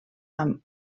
amb